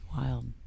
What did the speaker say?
wild